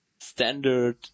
standard